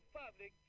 public